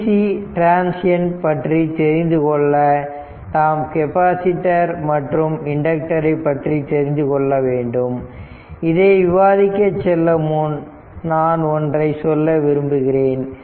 DC transient பற்றி தெரிந்துகொள்ள நாம் கெப்பாசிட்டர் மற்றும் இண்டக்டர் ஐ பற்றி தெரிந்து கொள்ள வேண்டும் இதை விவாதிக்க செல்ல முன் நான் ஒன்றை சொல்ல விரும்புகிறேன்